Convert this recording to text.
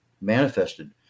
manifested